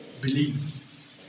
believe